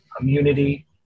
immunity